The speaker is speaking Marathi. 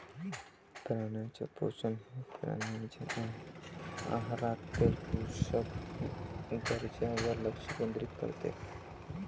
प्राण्यांचे पोषण हे प्राण्यांच्या आहारातील पोषक गरजांवर लक्ष केंद्रित करते